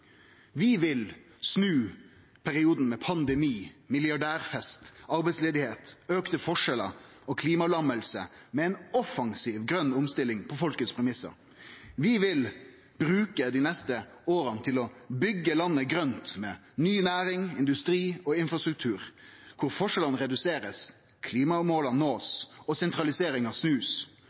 Vi vil snu perioden med pandemi, milliardærfest, arbeidsløyse, auka forskjellar og klimalamming med ei offensiv grøn omstilling på folket sine premissar. Vi vil bruke dei neste åra til å byggje landet grønt med ny næring, industri og infrastruktur, der forskjellane blir reduserte, klimamåla blir nådde og